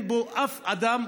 אין בו אף אדם,